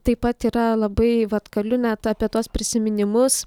taip pat yra labai vat galiu net apie tuos prisiminimus